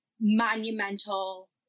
monumental